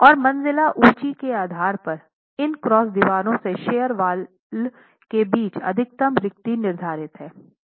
और मंजिला ऊंचाई के आधार पर इन क्रॉस दीवार से शियर वाल के बीच अधिकतम रिक्ति निर्धारित है